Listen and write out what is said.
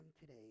today